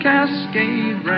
Cascade